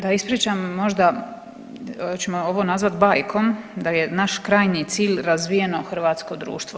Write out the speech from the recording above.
Da ispričam možda, hoćemo ovo nazvat bajkom da je naš krajnji cilj razvijeno hrvatsko društvo.